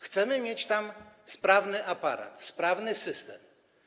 Chcemy mieć tam sprawny aparat, sprawny system.